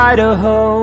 Idaho